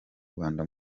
rwanda